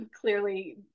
clearly